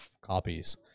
copies